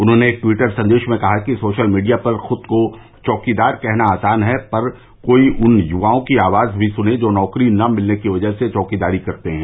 उन्होंने टिवटर संदेश में कहा कि सोशल मीडिया पर ख्द को चौकीदार कहना आसान है पर कोई उन युवाओं की आवाज भी सुने जो नौकरी न मिलने के वजह से चौकीदारी करते हैं